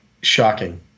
shocking